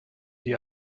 die